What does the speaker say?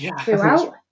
throughout